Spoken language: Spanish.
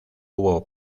hubo